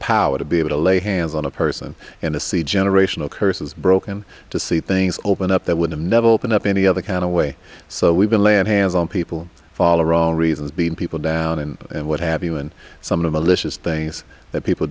power to be able to lay hands on a person in a sea generational curses broken to see things open up that would never open up any other kind of way so we've been laying hands on people follow wrong reasons being people down and what have you and some of malicious things that people